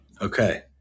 Okay